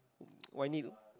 why need